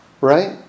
Right